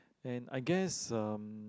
and I guess um